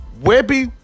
Webby